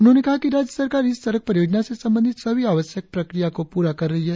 उन्होंने कहा कि राज्य सरकार इस सड़क परियोजना से संबंधित सभी आवश्यक प्रक्रिया को पूरा कर रही है